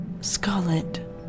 Scarlet